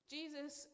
Jesus